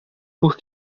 por